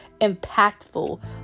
impactful